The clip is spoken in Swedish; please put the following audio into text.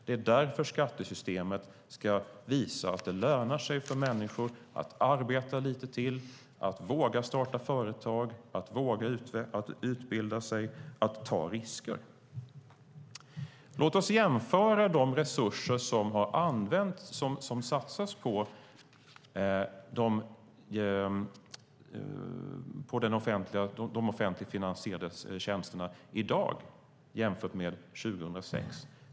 Det är därför skattesystemet ska visa för människor att det lönar sig att arbeta lite till, att våga starta företag, att våga utbilda sig och att ta risker. Låt oss jämföra de resurser som satsas på de offentligt finansierade tjänsterna i dag med dem som satsades 2006.